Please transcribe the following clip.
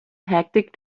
hectic